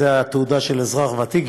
זו התעודה של אזרח ותיק,